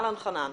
שלום חנן.